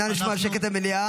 נא לשמור על שקט במליאה.